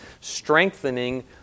strengthening